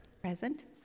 Present